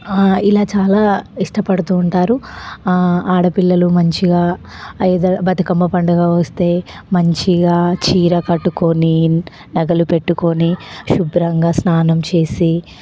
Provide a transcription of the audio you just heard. ఇలా చాలా ఇష్టపడుతు ఉంటారు ఆడపిల్లలు మంచిగా ఎయ్థర్ బతుకమ్మ పండుగ వస్తే మంచిగా చీర కట్టుకుని నగలు పెట్టుకుని శుభ్రంగా స్నానం చేసి